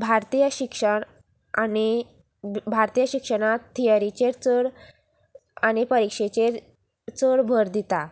भारतीय शिक्षण आनी भारतीय शिक्षणांत थियरीचेर चड आनी परिक्षेचेर चड भर दिता